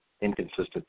inconsistent